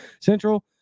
Central